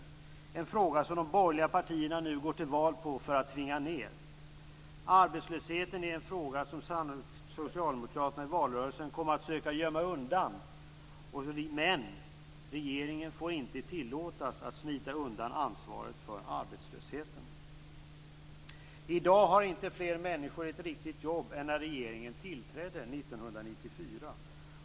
De borgerliga partierna går nu till val på denna fråga för att tvinga ned arbetslösheten. Arbetslösheten är en fråga som socialdemokraterna sannolikt kommer att försöka gömma undan under valrörelsen. Men regeringen får inte tillåtas att smita undan ansvaret för arbetslösheten. I dag har inte fler människor ett riktigt jobb än när regeringen tillträdde 1994.